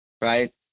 right